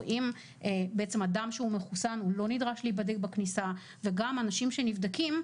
בעצם אדם שהוא מחוסן לא נדרש להיבדק בכניסה וגם אנשים שנבדקים,